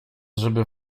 żeby